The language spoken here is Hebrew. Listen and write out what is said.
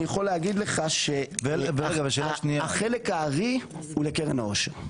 אני יכול להגיד לך שהחלק הארי הוא לקרן העושר.